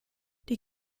die